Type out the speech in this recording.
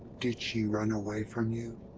did she run away from you?